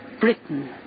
Britain